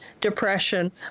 depression